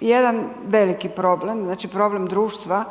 jedan veliki problem, znači problem društva